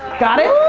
got it?